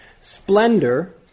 splendor